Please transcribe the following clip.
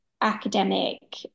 academic